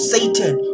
Satan